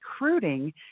recruiting